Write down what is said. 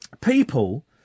People